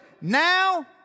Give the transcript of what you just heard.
Now